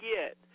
get